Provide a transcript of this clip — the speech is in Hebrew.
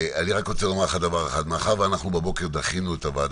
אני רק רוצה לומר לך דבר אחד: מאחר שאנחנו בבוקר דחינו את הוועדה,